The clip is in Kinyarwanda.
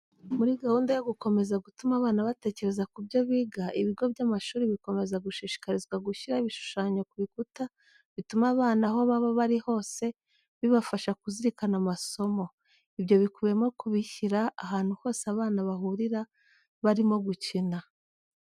Muri gahunda yo gukomeza gutuma abana batekereza ku byo biga, ibigo by'amashuri bikomeza gushishikarizwa gushyiraho ibishushanyo ku bikuta bituma abana aho baba bari hose bibafasha kuzirikana amasomo. Ibyo bikubiyemo kubishyira ahantu hose abana bahurira barimo gukina.